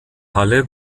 halle